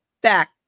back